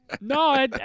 No